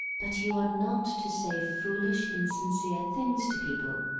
but you are not to say foolish, insincere things to people.